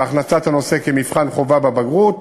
והכנסת הנושא כמבחן חובה בבגרות.